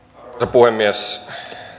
puhemies